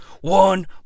one